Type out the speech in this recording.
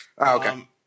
Okay